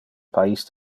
pais